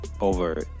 over